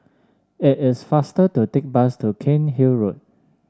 it is faster to take the bus to Cairnhill Road